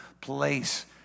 place